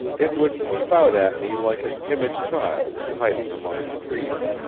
it would peep out at me like a timid child, hiding among the trees.